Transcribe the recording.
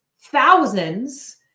thousands